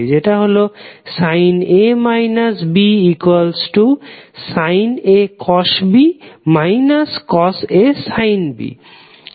যেটা হল sin A cosB cosA sin B